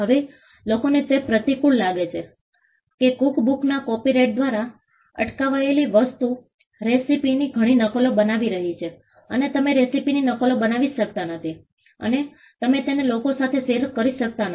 હવે કેટલાક લોકોને તે પ્રતિકૂળ લાગે છે કે કુકબુકમાં કોપીરાઇટ દ્વારા અટકાવાયેલી વસ્તુ રેસીપીની ઘણી નકલો બનાવી રહી છે તમે રેસીપીની નકલો બનાવી શકતા નથી અને તમે તેને લોકો સાથે શેર કરી શકતા નથી